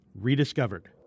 rediscovered